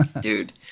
dude